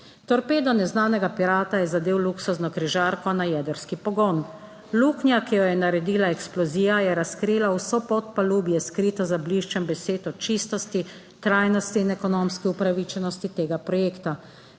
"Torpedo neznanega pirata je zadel luksuzno križarko na jedrski pogon. Luknja, ki jo je naredila eksplozija, je razkrila vso podpalubje skrito za bliščem besed o čistosti, trajnosti in ekonomski upravičenosti tega projekta.